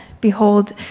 Behold